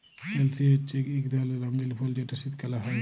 পেলসি হছে ইক ধরলের রঙ্গিল ফুল যেট শীতকাল হ্যয়